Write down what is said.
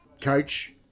coach